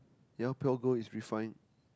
ya pure gold is refined